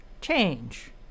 change